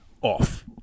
off